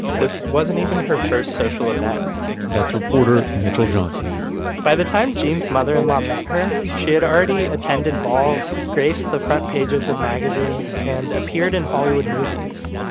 this wasn't even her first social event that's reporter mitchell johnson by the time jeanne's mother-in-law met her, she had already attended balls, graced the front pages of magazines and appeared in hollywood movies.